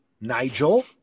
Nigel